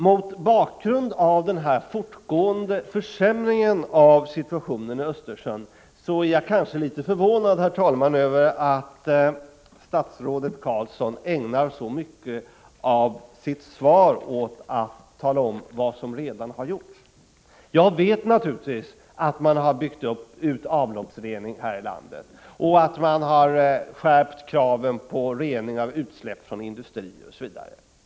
Mot bakgrund av den pågående försämringen av situationen i Östersjön är jaglitet förvånad över att statsrådet Carlsson ägnade så mycket av sitt svar åt att tala om vad som redan har gjorts. Jag vet naturligtvis att man har byggt ut avloppsreningen här i landet och att man har skärpt kraven på rening av utsläpp från industrier osv.